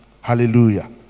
Hallelujah